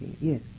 Yes